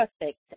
perfect